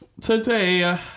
today